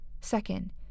Second